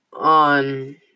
On